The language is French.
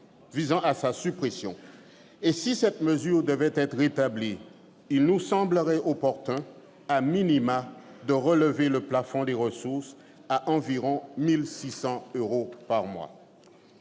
Si cette mesure devait être rétablie, il nous semblerait opportun de relever le plafond des ressources à environ 1 600 euros par mois.